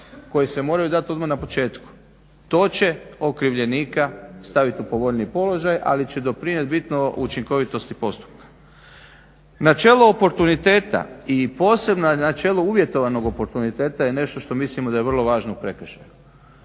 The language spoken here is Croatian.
koji se moraju dati odmah na početku. To će okrivljenika staviti u povoljniji položaj ali će doprinijeti bitno učinkovitosti postupka. Na čelo oportuniteta i posebno načelo uvjetovanog oportuniteta je nešto što mislimo da je vrlo važno u prekršaju.